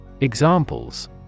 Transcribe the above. Examples